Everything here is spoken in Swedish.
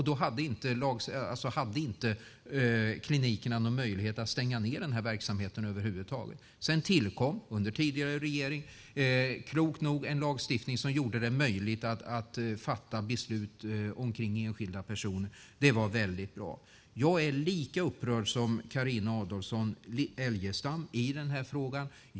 Då hade inte klinikerna någon möjlighet att stänga ned denna verksamhet över huvud taget. Sedan tillkom, under tidigare regering, klokt nog en lagstiftning som gjorde det möjligt att fatta beslut omkring enskilda personer. Det var väldigt bra. Jag är lika upprörd som Carina Adolfsson Elgestam i den här frågan.